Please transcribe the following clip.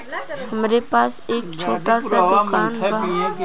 हमरे पास एक छोट स दुकान बा